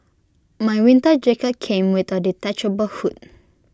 my winter jacket came with A detachable hood